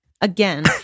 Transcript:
again